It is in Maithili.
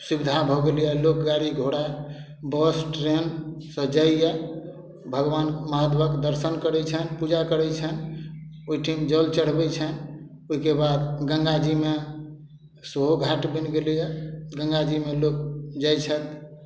सुविधा भऽ गेलइए लोक गाड़ी घोड़ा बस ट्रेनसँ जाइये भगवान महादेवक दर्शन करय छनि पूजा करय छनि ओइठिन जल चढ़बय छनि ओइके बाद गंगाजीमे सेहो घाट बनि गेलइए गंगाजीमे लोक जाइ छथि